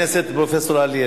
אז קצת דמוקרטיה, רבותי, לא